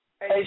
Hey